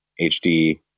HD